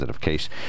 case